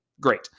Great